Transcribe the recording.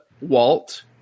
Walt